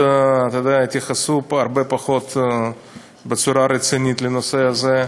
פחות, התייחסו בצורה רצינית פחות לנושא הזה.